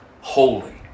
Holy